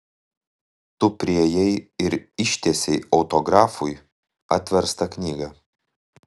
tu priėjai ir ištiesei autografui atverstą knygą